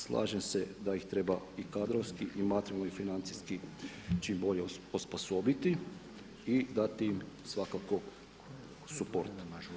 Slažem se da ih treba i kadrovski, i materijalno i financijski čim bolje osposobiti i dati im svakako suport.